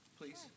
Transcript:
please